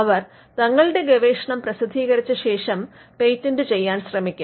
അവർ തങ്ങളുടെ ഗവേഷണം പ്രസിദ്ധീകരിച്ച ശേഷം പേറ്റന്റ് ചെയ്യാൻ ശ്രമിക്കും